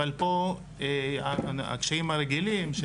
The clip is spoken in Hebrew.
אבל פה הקשיים הרגילים,